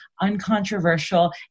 uncontroversial